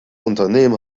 unternehmen